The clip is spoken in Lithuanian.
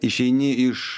išeini iš